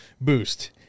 boost